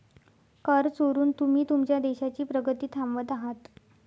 कर चोरून तुम्ही तुमच्या देशाची प्रगती थांबवत आहात